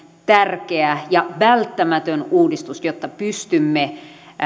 tärkeä ja välttämätön uudistus jotta pystymme